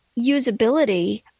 usability